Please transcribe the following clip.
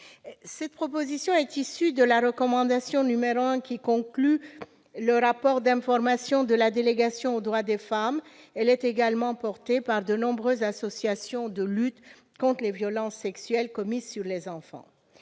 Cette proposition correspond à la recommandation n° 1 qui conclut le rapport d'information de la délégation aux droits des femmes ; elle est également portée par de nombreuses associations de lutte contre les violences sexuelles commises sur les enfants.